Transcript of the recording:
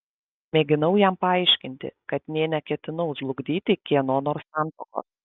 mėginau jam paaiškinti kad nė neketinau žlugdyti kieno nors santuokos